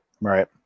Right